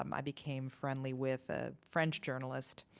um i became friendly with a french journalist.